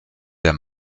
der